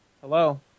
hello